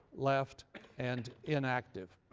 left and inactive.